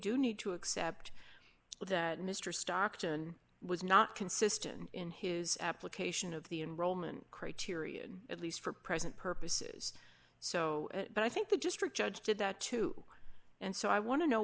do need to accept that mr stockton was not consistent in his application of the in roman criterion at least for present purposes so i think the district judge did that too and so i want to know